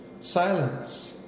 silence